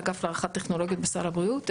האגף להערכה טכנולוגיות בסל הבריאות,